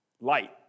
light